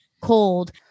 cold